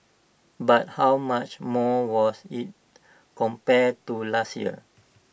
but how much more was IT compared to last year